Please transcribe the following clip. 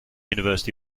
university